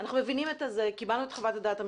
אנחנו מבינים, קיבלנו את חוות הדעת המשפטית,